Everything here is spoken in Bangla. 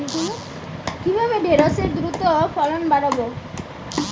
কিভাবে ঢেঁড়সের দ্রুত ফলন বাড়াব?